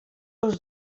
els